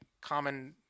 common